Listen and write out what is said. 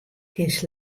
kinst